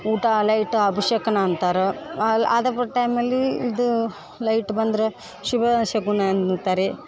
ಊಟ ಲೈಟ್ ಅಪ್ಶಕುನ ಅಂತಾರ ಅಲ್ಲಿ ಅದಬ ಟೈಮಲ್ಲಿ ಇದು ಲೈಟ್ ಬಂದರೆ ಶುಭಶಕುನ ಅನ್ನುತ್ತಾರೆ